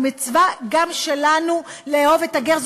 וזו מצווה גם שלנו, לאהוב את הגר.